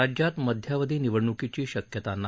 राज्यात मध्यावधी निवडण्कीची शक्यता नाही